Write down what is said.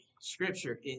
Scripture